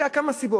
היו כמה סיבות,